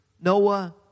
Noah